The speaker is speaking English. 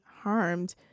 harmed